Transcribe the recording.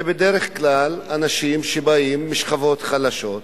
אלה בדרך כלל אנשים שבאים משכבות חלשות,